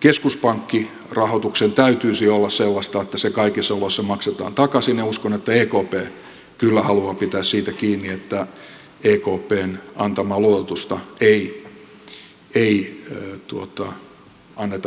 keskuspankkirahoituksen täytyisi olla sellaista että se kaikissa oloissa maksetaan takaisin ja uskon että ekp kyllä haluaa pitää siitä kiinni että ekpn antamaa luototusta ei anneta anteeksi